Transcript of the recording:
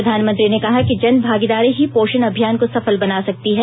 प्रधानमंत्री ने कहा कि जन भागीदारी ही पोषण अभियान को सफल बना सकती है